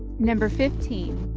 number fifteen.